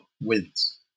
wins